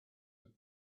have